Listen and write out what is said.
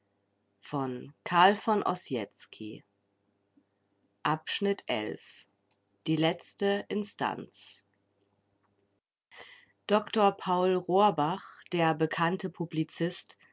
die letzte instanz dr paul rohrbach der bekannte publizist